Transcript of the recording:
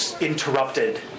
interrupted